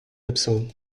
absent